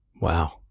Wow